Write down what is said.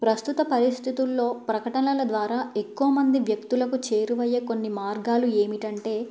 ప్రస్తుత పరిస్థితుల్లో ప్రకటనల ద్వారా ఎక్కువ మంది వ్యక్తులకు చేరువయ్యే కొన్ని మార్గాలు ఏమిటి అంటే